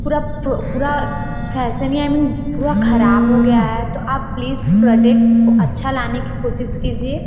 पूरा पूरा fashion I mean पूरा खराब हो गया है तो आप प्लीज़ प्रोडेक्ट अच्छा लाने कि कोशिश कीजिए